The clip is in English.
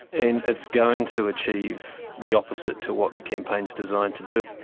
and it's going to achieve the opposite to what the campaign is designed to do.